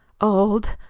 old!